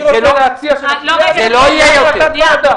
זה לא יהיה יותר.